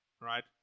right